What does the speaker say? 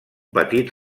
petit